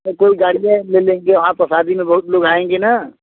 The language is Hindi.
अरे कोई गाड़ियाँ ले लेंगे वहाँ तो शादी में बहुत लोग आएँगे ना